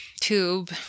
tube